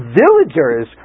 villagers